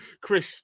Chris